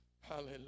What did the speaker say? Hallelujah